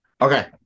Okay